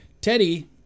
Teddy